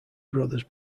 brothers